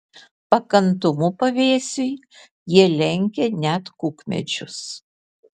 pakantumu pavėsiui jie lenkia net kukmedžius